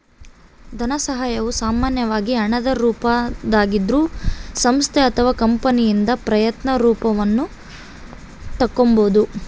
ಧನಸಹಾಯವು ಸಾಮಾನ್ಯವಾಗಿ ಹಣದ ರೂಪದಾಗಿದ್ರೂ ಸಂಸ್ಥೆ ಅಥವಾ ಕಂಪನಿಯಿಂದ ಪ್ರಯತ್ನ ರೂಪವನ್ನು ತಕ್ಕೊಬೋದು